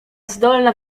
zdolna